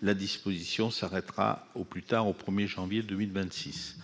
La disposition s'arrêtera au plus tard le 1 janvier 2026.